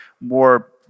more